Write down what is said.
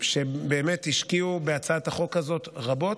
שבאמת השקיעו בהצעת החוק הזאת רבות.